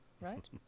right